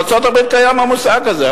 אבל בארצות-הברית קיים המושג הזה.